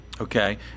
Okay